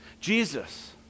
Jesus